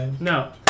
no